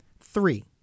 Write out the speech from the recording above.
three